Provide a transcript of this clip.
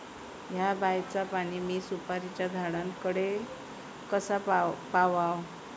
हया बायचा पाणी मी सुपारीच्या झाडान कडे कसा पावाव?